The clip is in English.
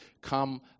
come